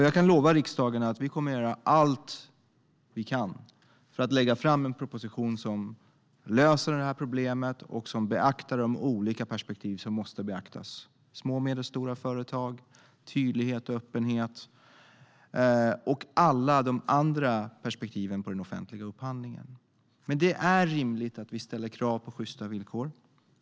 Jag kan lova riksdagen att vi kommer att göra allt vi kan för att lägga fram en proposition som löser det här problemet och som beaktar de olika perspektiv som måste beaktas: små och medelstora företag, tydlighet och öppenhet och alla de andra perspektiven på den offentliga upphandlingen. Men det är rimligt att vi ställer krav på sjysta villkor.